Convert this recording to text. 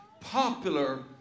popular